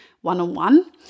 one-on-one